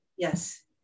Yes